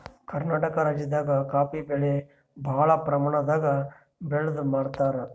ಕರ್ನಾಟಕ್ ರಾಜ್ಯದಾಗ ಕಾಫೀ ಬೆಳಿ ಭಾಳ್ ಪ್ರಮಾಣದಾಗ್ ಬೆಳ್ದ್ ಮಾರ್ತಾರ್